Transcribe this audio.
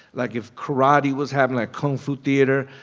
like if karate was having a kung fu theatre,